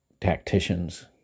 tacticians